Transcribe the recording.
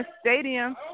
stadium